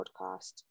podcast